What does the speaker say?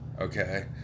Okay